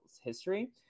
history